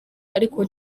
ariko